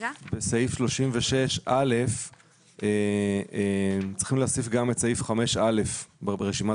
בסעיף 36א צריך להוסיף גם את סעיף 5א ברשימת